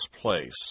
place